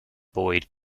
boyd